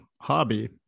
hobby